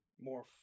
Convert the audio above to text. more